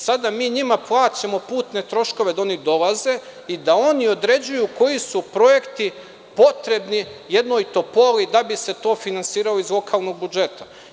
Sada mi njima plaćamo putne troškove da oni dolaze i da oni određuju koji su projekti potrebni jednoj Topoli da bi se to finansiralo iz lokalnog budžeta.